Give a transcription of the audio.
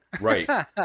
Right